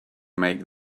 make